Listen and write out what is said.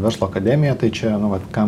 verslo akademija tai čia nu vat kam